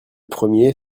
premier